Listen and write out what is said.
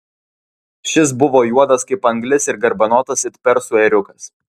šis buvo juodas kaip anglis ir garbanotas it persų ėriukas